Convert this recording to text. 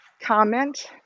comment